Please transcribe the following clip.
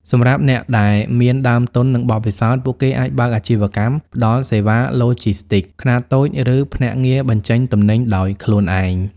សម្រាប់អ្នកដែលមានដើមទុន និងបទពិសោធន៍ ពួកគេអាចបើកអាជីវកម្មផ្តល់សេវាឡូជីស្ទីកខ្នាតតូច ឬភ្នាក់ងារបញ្ចេញទំនិញដោយខ្លួនឯង។